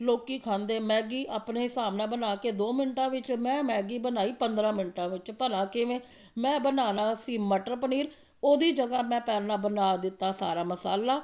ਲੋਕ ਖਾਂਦੇ ਮੈਗੀ ਆਪਣੇ ਹਿਸਾਬ ਨਾਲ ਬਣਾ ਕੇ ਦੋ ਮਿੰਟਾਂ ਵਿੱਚ ਮੈਂ ਮੈਗੀ ਬਣਾਈ ਪੰਦਰਾਂ ਮਿੰਟਾਂ ਵਿੱਚ ਭਲਾ ਕਿਵੇਂ ਮੈਂ ਬਣਾਉਨਾ ਸੀ ਮਟਰ ਪਨੀਰ ਉਹਦੀ ਜਗ੍ਹਾ ਮੈਂ ਪਹਿਲਾਂ ਬਣਾ ਦਿੱਤਾ ਸਾਰਾ ਮਸਾਲਾ